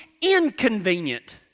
inconvenient